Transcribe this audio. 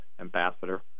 ambassador